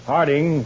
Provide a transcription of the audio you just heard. Harding